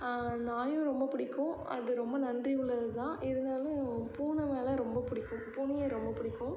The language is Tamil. நாயும் ரொம்ப பிடிக்கும் அது ரொம்ப நன்றி உள்ளதுதான் இருந்தாலும் பூனை மேல் ரொம்ப பிடிக்கும் பூனையை ரொம்ப பிடிக்கும்